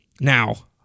Now